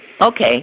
okay